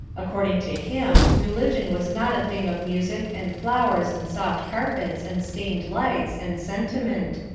according to him religion was not a thing of music, and flowers, and soft carpets, and stained lights, and sentiment.